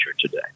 today